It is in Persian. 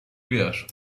بیار